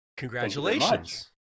Congratulations